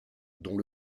dont